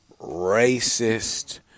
racist